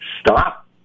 stop